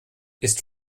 ist